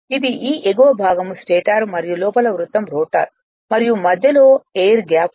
ఇది ఈ ఎగువ భాగం స్టేటర్ మరియు లోపల వృత్తం రోటర్ మరియు మధ్యలో ఎయిర్ గ్యాప్ ఉంది